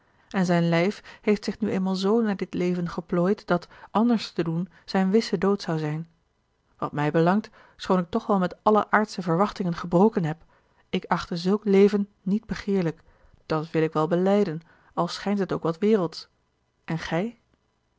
en zijn lijf heeft zich nu eenmaal zoo naar dit leven geplooid dat anders te doen zijn wisse dood zou zijn wat mij belangt schoon ik toch wel met alle aardsche verwachtingen gebroken heb ik achte zulk leven niet begeerlijk dat wil ik wel belijden al schijnt het ook wat wereldsch en gij